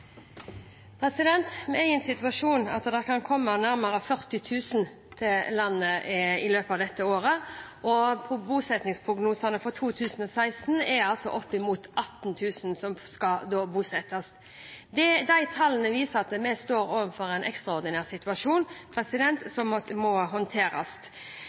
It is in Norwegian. kan komme nærmere 40 000 til landet i løpet av dette året. Bosetningsprognosene for 2016 viser at det er opp mot 18 000 som skal bosettes. De tallene viser at vi står overfor en ekstraordinær situasjon som må håndteres.